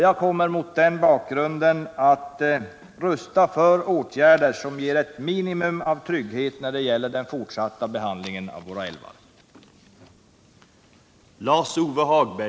Jag kommer mot den bakgrunden att rösta för åtgärder som ger ett minimum av trygghet när det gäller den fortsatta behandlingen av våra älvar.